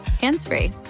hands-free